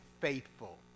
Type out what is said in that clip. faithful